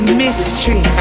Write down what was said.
mystery